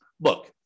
look